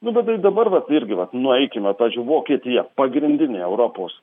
nu bet tai dabar vat irgi vat nueikime pažiui vokietija pagrindinė europos